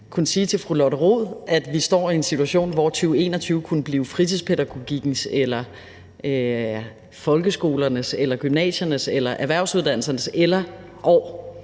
kunne sige til fru Lotte Rod, at vi står i en situation, hvor 2021 kunne blive fritidspædagogikkens, folkeskolernes, gymnasiernes, erhvervsuddannelsernes osv. år,